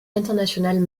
internationales